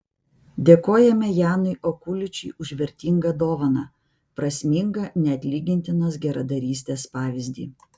dėkojame janui okuličiui už vertingą dovaną prasmingą neatlygintinos geradarystės pavyzdį